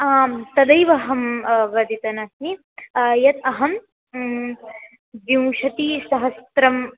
आं तदैव अहं वदितवानस्मि यत् विंशतिसहस्रम्